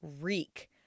reek